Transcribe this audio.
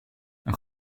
een